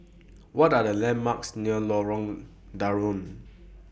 What Are The landmarks near Lorong Danau